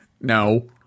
No